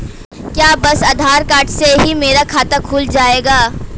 क्या बस आधार कार्ड से ही मेरा खाता खुल जाएगा?